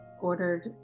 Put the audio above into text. ordered